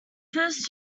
first